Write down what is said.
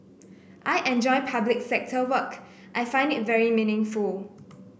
I enjoy public sector work I find it very meaningful